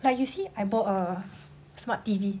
like you see I bought a smart T_V